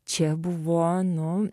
čia buvo nu